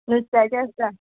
नुस्त्याचें आसता